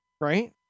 right